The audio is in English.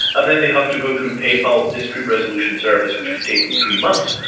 and then they have to go through paypal's dispute resolution service which can take them three months,